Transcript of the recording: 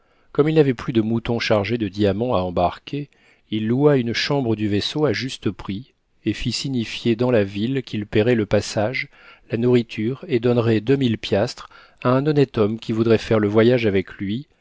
comme il n'avait plus de moutons chargés de diamants à embarquer il loua une chambre du vaisseau à juste prix et fit signifier dans la ville qu'il paierait le passage la nourriture et donnerait deux mille piastres à un honnête homme qui voudrait faire le voyage avec lui